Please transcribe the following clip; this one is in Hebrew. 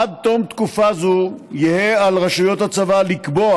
עד תום תקופה זו יהא על רשויות הצבא לקבוע